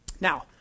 Now